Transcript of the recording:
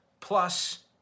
Plus